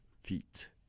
Feet